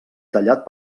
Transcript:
tallat